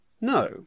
No